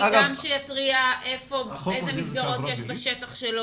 כדי שיתריע איזה מסגרות יש בשטח שלו,